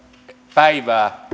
päivää